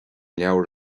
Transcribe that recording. leabhar